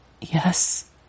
yes